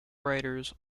writers